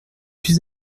plus